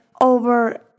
over